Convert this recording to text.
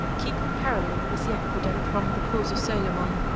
keeping parallel with the aqueduct from the pools of solomon,